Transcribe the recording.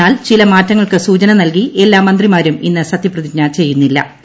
എന്നാൽ ചില മാറ്റങ്ങൾക്ക് സൂചന നൽകി എല്ലീം മന്ത്രിമാരും ഇന്ന് സത്യപ്രതിജ്ഞ ചെയ്യുന്നില്ലി